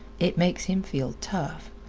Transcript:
it makes him feel tough!